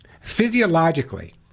physiologically